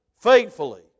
faithfully